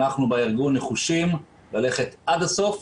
אנחנו בארגון נחושים ללכת עד הסוף,